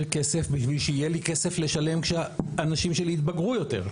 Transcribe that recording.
כסף בשביל שיהיה לי כסף לשלם כשהאנשים שלי יתבגרו יותר.